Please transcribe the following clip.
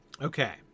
Okay